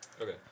Okay